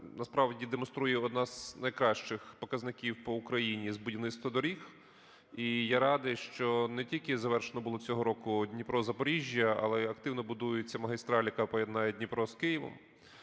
насправді демонструє один з найкращих показників по Україні з будівництва доріг. І я радий, що не тільки завершено було цього року "Дніпро-Запоріжжя", але й активно будується магістраль, яка поєднає Дніпро з Києвом.